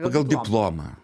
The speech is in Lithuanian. pagal diplomą